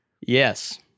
Yes